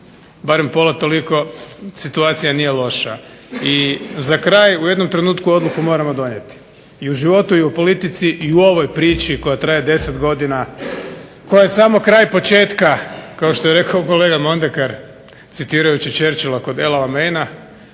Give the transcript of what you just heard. barem pola toliko, situacija nije loša. I za kraj, u jednom trenutku odluku moramo donijeti i u životu, i u politici, i u ovoj priči koja traje 10 godina koja je samo kraj početka kao što je rekao kolega Mondekar citirajući Churchila kod … /Govornik